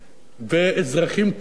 ואזרחים כלואים,